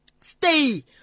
Stay